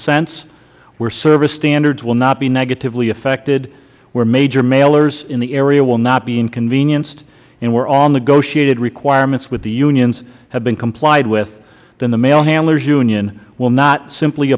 sense where service standards will not be negatively affected where major mailers in the area will not be inconvenienced where all negotiated requirements with the unions have been complied with then the mail handlers union will not simply